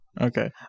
okay